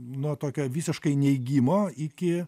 nuo tokio visiškai neigimo iki